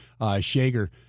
Shager